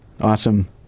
Awesome